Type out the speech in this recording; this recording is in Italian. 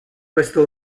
questo